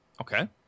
Okay